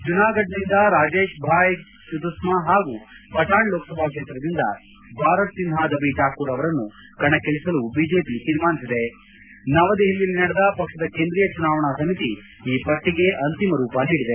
ಜುನಾಗಧ್ನಿಂದ ರಾಜೇಶ್ ಬಾಯ್ ಚುದಾಸ್ಕಾ ಹಾಗೂ ಪಟಾಣ್ ಲೋಕಸಭಾ ಕ್ಷೇತ್ರದಿಂದ ಭಾರತ್ ಸಿನ್ಹ ಧಬಿ ಠಾಕೂರ್ ಅವರನ್ನು ಕಣಕ್ಕಿಳಿಸಲು ಬಿಜೆಪಿ ತೀರ್ಮಾನಿಸಿದೆ ನವದೆಪಲಿಯಲ್ಲಿ ನಡೆದ ಪಕ್ಷದ ಕೇಂದ್ರೀಯ ಚುನಾವಣಾ ಸಮಿತಿ ಈ ಪಟ್ಟಿಗೆ ಅಂತಿಮ ರೂಪ ನೀಡಿದೆ